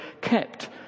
kept